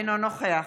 אינו נוכח